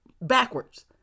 backwards